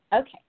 Okay